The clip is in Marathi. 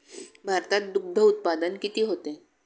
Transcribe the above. भारतात दुग्धउत्पादन किती होते?